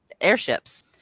airships